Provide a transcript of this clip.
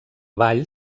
ball